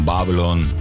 Babylon